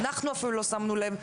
אנחנו אפילו לא שמנו לב.